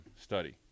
study